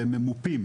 והם ממופים,